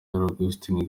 augustin